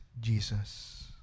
Jesus